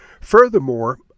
Furthermore